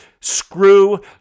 screw